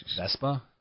Vespa